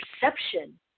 Perception